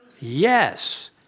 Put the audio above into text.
Yes